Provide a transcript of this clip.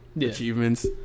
achievements